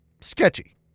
sketchy